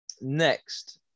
next